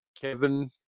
Kevin